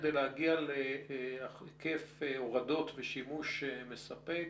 כדי להגיע להיקף הורדות ושימוש מספק?